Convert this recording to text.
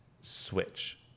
switch